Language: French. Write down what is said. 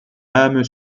âme